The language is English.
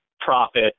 profit